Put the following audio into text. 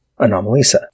Anomalisa